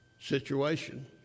situation